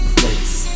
place